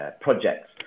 projects